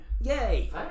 Yay